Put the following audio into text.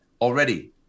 already